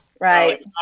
right